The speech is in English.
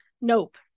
nope